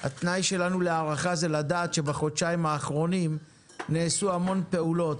התנאי שלנו להארכה זה לדעת שבחודשיים האחרונים נעשו המון פעולות,